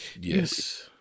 Yes